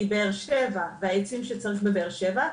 כי באר-שבע והעצים שצריך בבאר-שבע,